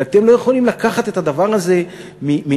ואתם לא יכולים לקחת את הדבר הזה מאתנו,